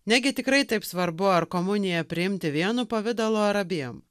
negi tikrai taip svarbu ar komuniją priimti vienu pavidalu ar abiem